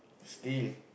steal